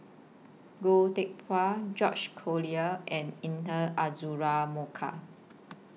Goh Teck Phuan George Collyer and Intan Azura Mokhtar